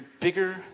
bigger